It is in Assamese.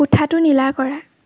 কোঠাটো নীলা কৰা